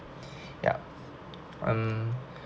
ya um